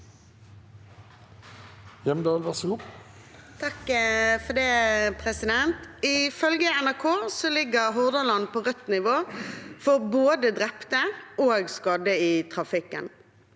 «Ifølge NRK ligger Hordaland på rødt nivå for både drepte og skadde i trafikken.